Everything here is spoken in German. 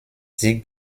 sie